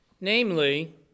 namely